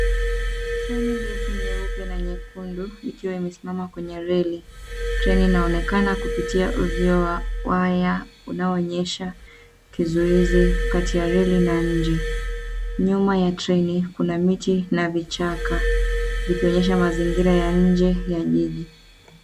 Treni ndefu nyeupe na nyekundu, likiwa imesimama kwenye reli. Treni inaonekana kupitia uzio wa waya unaoonyesha kizuizi kati ya reli na nje. Nyuma ya treni kuna miti na vichaka, vikionyesha mazingira ya nje ya jiji.